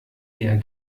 eher